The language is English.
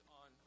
on